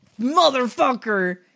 motherfucker